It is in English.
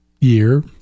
year